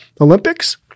Olympics